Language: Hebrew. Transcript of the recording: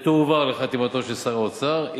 ותועבר לחתימתו של שר האוצר,